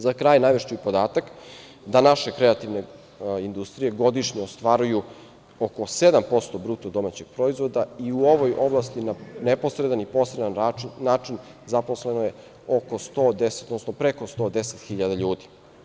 Za kraj, navešću podatak da naše kreativne industrije godišnje ostvaruju oko 7% bruto domaćeg proizvoda i u ovoj oblasti na neposredan i posredan način zaposleno je preko 110.000 ljudi.